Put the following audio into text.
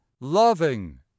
LOVING